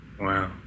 Wow